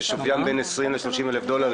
או חשמליים ששוויים בין 20,000 30,000 דולר.